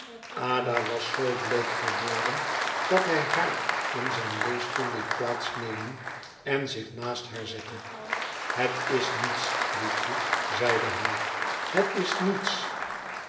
ada was zoo bleek geworden dat hij haar in zijn leesstoel liet plaats nemen en zich naast haar zette het is niets liefje zeide hij het is niets